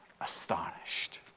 astonished